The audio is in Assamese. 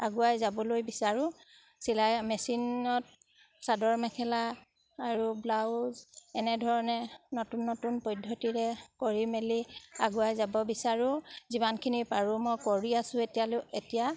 আগুৱাই যাবলৈ বিচাৰোঁ চিলাই মেচিনত চাদৰ মেখেলা আৰু ব্লাউজ এনেধৰণে নতুন নতুন পদ্ধতিৰে কৰি মেলি আগুৱাই যাব বিচাৰোঁ যিমানখিনি পাৰোঁ মই কৰি আছোঁ এতিয়ালৈ এতিয়া